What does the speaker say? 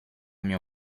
mio